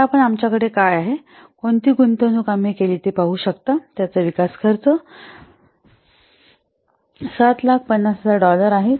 आता आपण आमच्या कडे काय आहे कोणती गुंतवणूकआम्ही केली ते तुम्ही पाहू शकता की त्याचा विकास खर्च 750000 डॉलर आहे